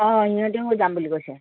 অঁ ইহঁতেও যাম বুলি কৈছে